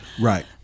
Right